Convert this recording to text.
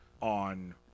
on